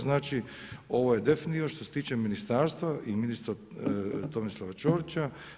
Znači, ovo je definitivno što se tiče ministarstva i ministra Tomislava Čorića.